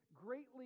greatly